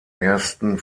ersten